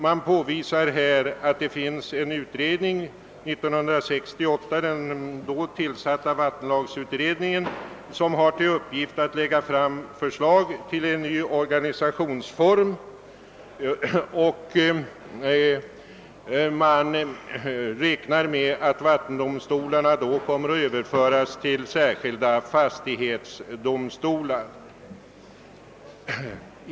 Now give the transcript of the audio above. Man hänvisar till att det pågår en utredning, nämligen den år 1968 tillsatta vattenlagsutredningen, som har till uppgift att lägga fram förslag till en ny organisationsform. Man räknar med att frågor som behandlas i vattendomstolarna därigenom kommer att överföras till särskilda = fastighetsdomstolar.